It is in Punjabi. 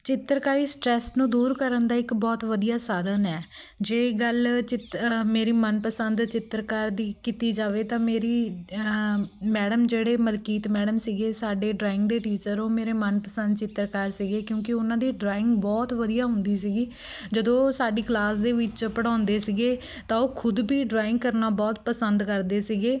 ਚਿੱਤਰਕਾਰੀ ਸਟਰੈਸ ਨੂੰ ਦੂਰ ਕਰਨ ਦਾ ਇੱਕ ਬਹੁਤ ਵਧੀਆ ਸਾਧਨ ਹੈ ਜੇ ਗੱਲ ਚਿੱਤ ਅ ਮੇਰੀ ਮਨਪਸੰਦ ਚਿੱਤਰਕਾਰ ਦੀ ਕੀਤੀ ਜਾਵੇ ਤਾਂ ਮੇਰੀ ਮੈਡਮ ਜਿਹੜੇ ਮਲਕੀਤ ਮੈਡਮ ਸੀਗੇ ਸਾਡੇ ਡਰਾਇੰਗ ਦੇ ਟੀਚਰ ਉਹ ਮੇਰੇ ਮਨਪਸੰਦ ਚਿੱਤਰਕਾਰ ਸੀਗੇ ਕਿਉਂਕਿ ਉਹਨਾਂ ਦੀ ਡਰਾਇੰਗ ਬਹੁਤ ਵਧੀਆ ਹੁੰਦੀ ਸੀਗੀ ਜਦੋਂ ਉਹ ਸਾਡੀ ਕਲਾਸ ਦੇ ਵਿੱਚ ਪੜਾਉਂਦੇ ਸੀਗੇ ਤਾਂ ਉਹ ਖੁਦ ਵੀ ਡਰਾਇੰਗ ਕਰਨਾ ਬਹੁਤ ਪਸੰਦ ਕਰਦੇ ਸੀਗੇ